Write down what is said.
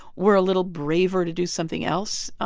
were a little braver to do something else.